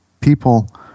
people